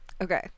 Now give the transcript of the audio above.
Okay